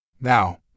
Now